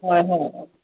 ꯍꯣꯏ ꯍꯣꯏ ꯍꯣꯏ